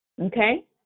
Okay